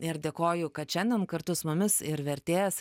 ir dėkoju kad šiandien kartu su mumis ir vertėjas